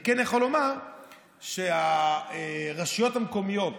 אני כן יכול לומר שהרשויות המקומיות